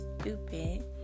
stupid